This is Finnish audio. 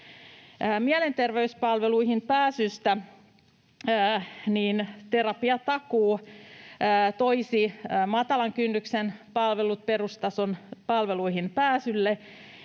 Mielenterveyspalveluihin pääsystä: Terapiatakuu toisi matalan kynnyksen perustason palveluihin pääsylle,